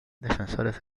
defensores